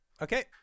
Okay